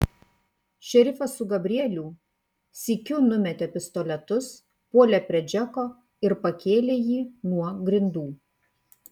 šerifas su gabrielių sykiu numetė pistoletus puolė prie džeko ir pakėlė jį nuo grindų